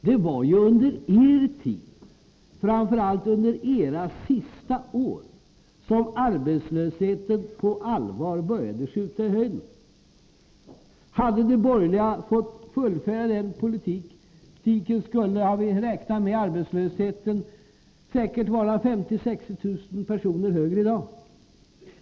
Det var ju under er tid, framför allt under era sista regeringsår, som arbetslösheten på allvar började skjuta i höjden. Hade de borgerliga fått fullfölja sin politik, skulle — har vi räknat med — arbetslösheten i dag säkert vara 50 000-60 000 personer högre.